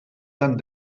tant